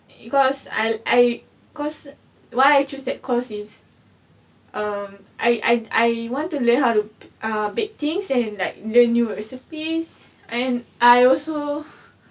because I I cause why I choose that course is um I I I want to learn how to uh bake things and like learn new recipes and I also